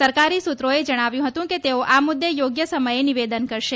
સરકારી સૂત્રોએ જણાવ્યું હતું કે તેઓ આ મુદ્દે યોગ્ય સમયે નિવેદન કરશે